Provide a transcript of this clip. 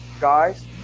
guys